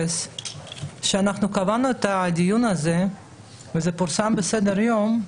כשאנחנו קבענו את הדיון הזה והוא פורסם בסדר-היום,